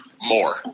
More